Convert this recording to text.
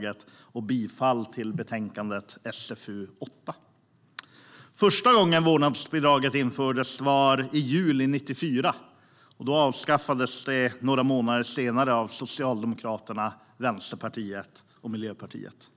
det och bifall till utskottets förslag i betänkande SfU8. Första gången som vårdnadsbidraget infördes var i juli 1994, men det avskaffades några månader senare av Socialdemokraterna, Vänsterpartiet och Miljöpartiet.